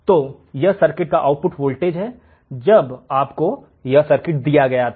तो यह सर्किट का आउटपुट वोल्टेज है जब आपको यह सर्किट दिया गया था